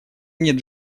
нет